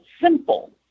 simple